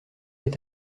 est